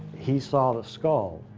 he saw the skull.